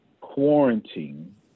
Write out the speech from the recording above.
quarantine